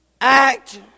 act